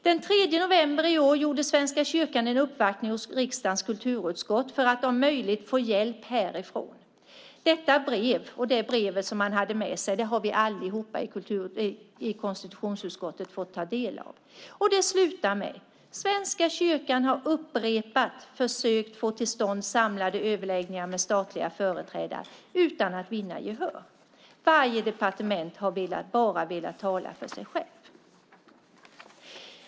Den 3 november i år gjorde Svenska kyrkan en uppvaktning hos riksdagens kulturutskott för att om möjligt få hjälp härifrån. Det brev som man hade med sig har vi allihop i konstitutionsutskottet fått ta del av. Det slutar med beskedet att Svenska kyrkan upprepat har försökt att få till stånd samlade överläggningar med statliga företrädare utan att vinna gehör. Varje departement har bara velat tala för sig självt.